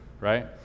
right